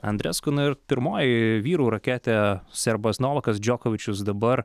andresku na ir pirmoji vyrų raketė serbas novakas džokovičius dabar